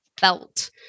felt